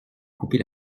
couper